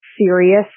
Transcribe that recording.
serious